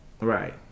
Right